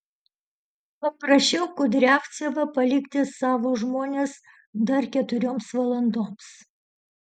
paprašiau kudriavcevą palikti savo žmones dar keturioms valandoms